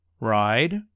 Ride